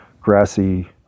grassy